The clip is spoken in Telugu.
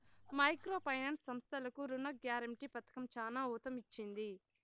మైక్రో ఫైనాన్స్ సంస్థలకు రుణ గ్యారంటీ పథకం చానా ఊతమిచ్చింది